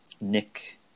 Nick